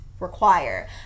require